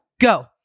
Go